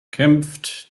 kämpft